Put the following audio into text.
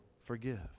forgive